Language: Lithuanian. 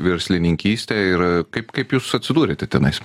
verslininkystę ir kaip kaip jūs atsidūrėte tenais